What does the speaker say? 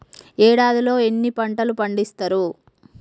ఏడాదిలో ఎన్ని పంటలు పండిత్తరు?